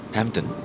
Hampton